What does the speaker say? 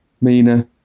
Mina